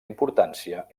importància